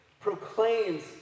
proclaims